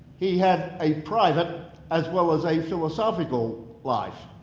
he had a private as well as a philosophical life.